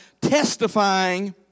testifying